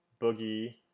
Boogie